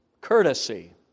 courtesy